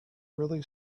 really